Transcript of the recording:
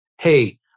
Hey